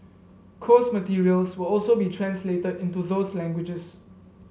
course materials will also be translated into those languages